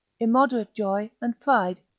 immoderate joy and pride,